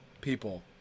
people